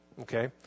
Okay